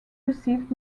received